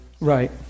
Right